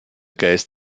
geist